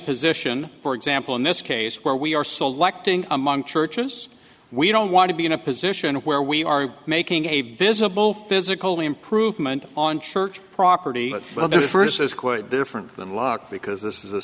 position for example in this case where we are selecting among churches we don't want to be in a position where we are making a visible physically improvement on church property well the first is quite different than law because this is a